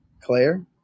Claire